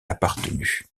appartenu